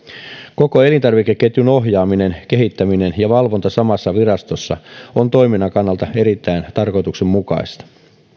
koko elintarvikeketjun ohjaaminen kehittäminen ja valvonta samassa virastossa on toiminnan kannalta erittäin tarkoituksenmukaista